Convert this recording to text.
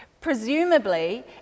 Presumably